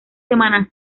semana